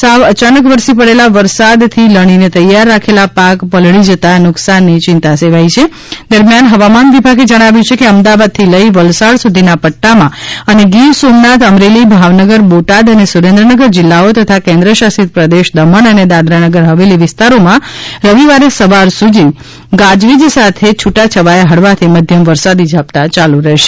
સાવ અયાનક વરસી પડેલા વરસાદથી લણીને તૈયાર રાખેલા પાક પલળી જતા નુકસાનની ચિંતા સેવાઈ રહી છે દરમ્યાન હવામાન વિભાગે જણાવ્યુ છે કે અમદાવાદથી લઈને વલસાડ સુધીના પદ્દામાં અને ગીર સોમનાથ અમરેલી ભાવનગર બોટાદ અને સુરેન્દ્રનગર જિલ્લાઓ તથા કેન્દ્ર શાસિત પ્રદેશ દમણ અને દાદરાનગર હવેલી વિસ્તારોમાં રવિવારે સવાર સુધી ગાજવીજ સાથે છૂટાછવાયાં હળવાથી મધ્યમ વરસાદી ઝાપટાં ચાલુ રહેશે